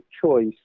choice